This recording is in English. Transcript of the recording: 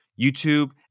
YouTube